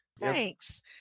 thanks